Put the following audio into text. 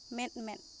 ᱢᱮᱫᱼᱢᱮᱫ